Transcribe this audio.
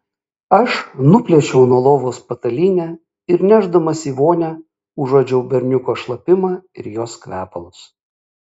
aš nuplėšiau nuo lovos patalynę ir nešdamas į vonią užuodžiau berniuko šlapimą ir jos kvepalus